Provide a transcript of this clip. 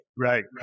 Right